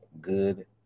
good